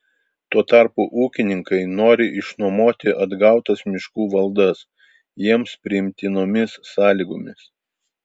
tuo tarpu ūkininkai nori išnuomoti atgautas miškų valdas jiems priimtinomis sąlygomis